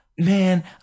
Man